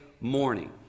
morning